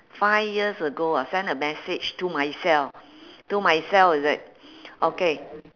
five years ago ah send a message to myself to myself is it okay